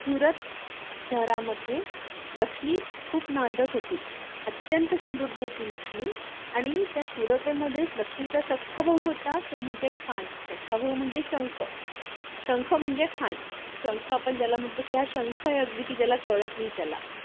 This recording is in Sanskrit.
सूरत् शरामध्ये लक्ष्मी खूब् नान्दथुत्ति अत्यन्तसमृद्धवती लक्ष्मी अणी इत्य सूतूतेमधेस् लक्ष्मीच सक्खभौवुत्ता तु मुज्झे खान् सक्खाबौ मञ्जे शङ्ख शङ्ख मञ्जे खान् शङ्ख पञ्जल मुड्डुख्या शंख यद्दिकि जल कोळतितला